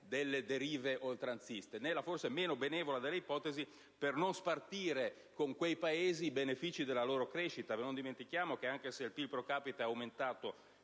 delle derive oltranziste; nella forse meno benevola delle ipotesi, per non spartire con quei Paesi i benefici della loro crescita. Non dimentichiamo che, anche se il PIL *pro capite* in